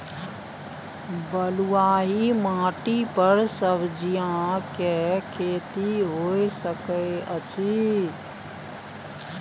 बलुआही माटी पर सब्जियां के खेती होय सकै अछि?